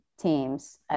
teams